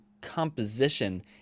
composition